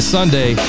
Sunday